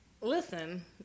Listen